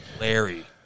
Larry